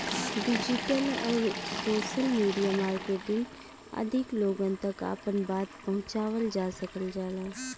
digital आउर social media marketing अधिक लोगन तक आपन बात पहुंचावल जा सकल जाला